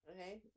Okay